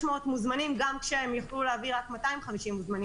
מוזמנים גם כשהם יכלו להביא רק 250 מוזמנים.